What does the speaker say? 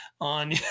on